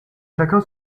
chacun